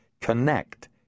connect